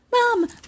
Mom